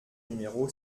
numéro